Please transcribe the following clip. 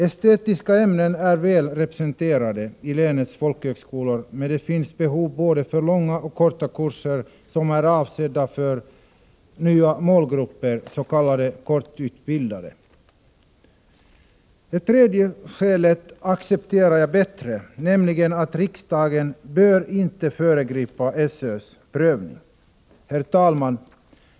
Estetiska ämnen är väl representerade i länets folkhögskolor, men det finns behov av både långa och korta kurser som är avsedda för nya målgrupper, s.k. kortutbildade. Det tredje skälet accepterar jag bättre, nämligen att riksdagen inte bör föregripa SÖ:s prövning. Herr talman!